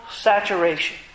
saturation